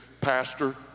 Pastor